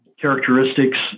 characteristics